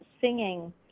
singing